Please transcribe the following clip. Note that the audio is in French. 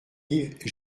yves